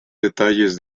detalles